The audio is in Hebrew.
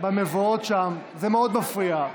במבואות שם, זה מאוד מפריע.